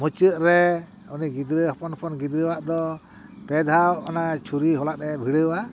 ᱢᱩᱪᱟᱹᱫ ᱨᱮ ᱩᱱᱤ ᱜᱤᱫᱽᱨᱟ ᱦᱚᱯᱚᱱ ᱦᱚᱯᱚᱱ ᱜᱤᱫᱽᱨᱟᱹᱣᱟᱜ ᱫᱚ ᱯᱮᱫᱷᱟᱣ ᱚᱱᱟ ᱪᱷᱩᱨᱤ ᱦᱚᱞᱟᱫ ᱮ ᱵᱷᱤᱲᱟᱹᱣᱟ